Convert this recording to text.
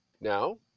Now